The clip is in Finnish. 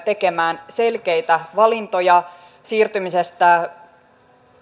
tekemään selkeitä valintoja siirtymisestä